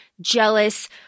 jealous